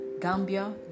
Gambia